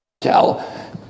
tell